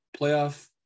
playoff